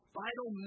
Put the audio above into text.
vital